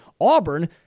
Auburn